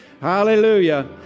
Hallelujah